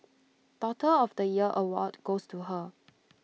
daughter of the year award goes to her